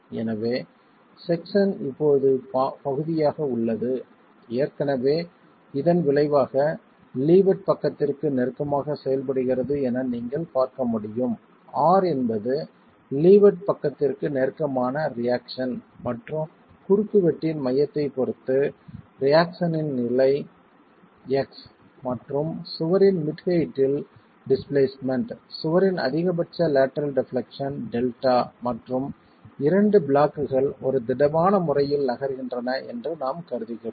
எனவே செக்சன் இப்போது பகுதியாக உள்ளது ஏற்கனவே இதன் விளைவாக லீவர்ட் பக்கத்திற்கு நெருக்கமாக செயல்படுகிறது என நீங்கள் பார்க்க முடியும் R என்பது லீவர்ட் பக்கத்திற்கு நெருக்கமான ரியாக்ஷன் மற்றும் குறுக்குவெட்டின் மையத்தைப் பொறுத்து ரியாக்ஷன்னின் நிலை x மற்றும் சுவரின் மிட் ஹெயிட்டில் டிஸ்பிளேஸ்மென்ட் சுவரின் அதிகபட்ச லேட்டரல் டெப்லெக்சன் டெல்டா மற்றும் இரண்டு பிளாக்குகள் ஒரு திடமான முறையில் நகர்கின்றன என்று நாம் கருதுகிறோம்